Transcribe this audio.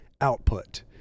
output